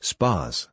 Spas